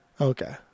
Okay